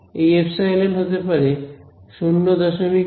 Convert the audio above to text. এই এপসাইলন হতে পারে 01